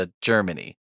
Germany